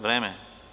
Vreme.